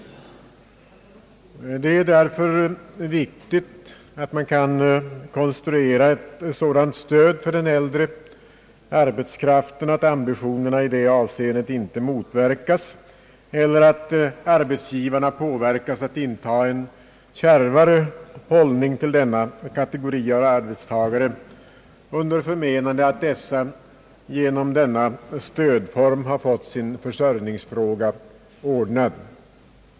Det är därför viktigt att man kan konstruera ett sådant stöd för den äldre arbetskraften att ambitionerna i det avseendet inte motverkas eller att arbetsgivarna påverkas att inta en kärvare hållning till denna kategori av arbetstagare, under förmenande att dessa genom denna stödform har fått sin försörjningsfråga löst.